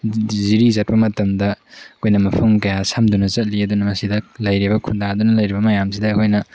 ꯖꯤꯔꯤ ꯆꯠꯄ ꯃꯇꯝꯗ ꯑꯩꯈꯣꯏꯅ ꯃꯐꯝ ꯀꯌꯥ ꯁꯝꯗꯨꯅ ꯆꯠꯂꯤ ꯑꯗꯨꯅ ꯃꯁꯤꯗ ꯂꯩꯔꯤꯕ ꯈꯨꯟꯗꯗꯨꯅ ꯂꯩꯔꯤꯕ ꯃꯌꯥꯝꯁꯤꯗ ꯑꯩꯈꯣꯏꯅ